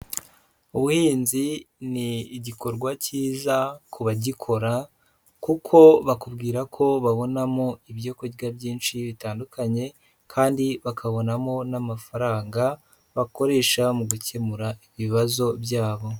Ubuhinzi ni igikorwa cyiza ku bagikora, kuko bakubwira ko babonamo ibyo kurya byinshi bitandukanye, kandi bakabonamo n'amafaranga bakoresha mu gukemura ibibazo byabo.